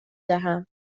دهم